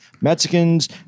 Mexicans